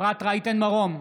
אפרת רייטן מרום,